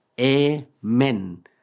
Amen